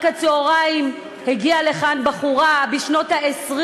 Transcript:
רק בצהריים הגיעה לכאן בחורה בשנות ה-20